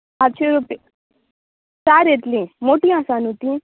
पांचशीं रुपया चार येतलीं मोटी आसा न्हू तीं